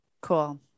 Cool